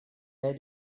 where